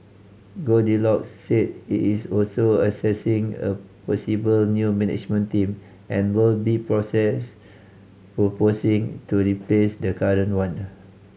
Goldilocks said it is also assessing a possible new management team and will be process proposing to replace the current one